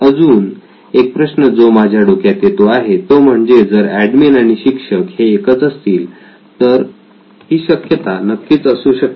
अजून एक प्रश्न जो माझ्या डोक्यात येतो आहे तो म्हणजे जर एडमिन आणि शिक्षक हे एकच असतील तर ही शक्यता नक्कीच असू शकते